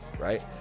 right